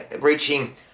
reaching